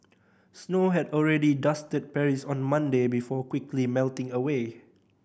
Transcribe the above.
snow had already dusted Paris on Monday before quickly melting away